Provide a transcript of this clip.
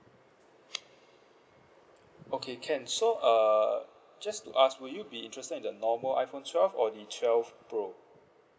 okay can so uh just to ask would you be interested in the normal iPhone twelve or the twelve pro